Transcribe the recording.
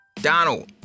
Donald